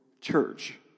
church